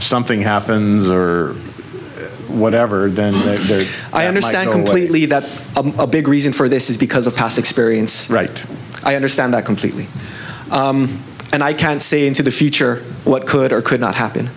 something happens or whatever then i understand completely that a big reason for this is because of past experience right i understand that completely and i can't see into the future what could or could not happen